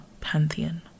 Pantheon